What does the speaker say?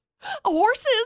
Horses